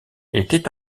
étaient